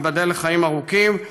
ייבדל לחיים ארוכים,